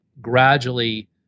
gradually